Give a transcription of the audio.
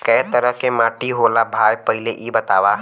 कै तरह के माटी होला भाय पहिले इ बतावा?